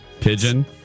Pigeon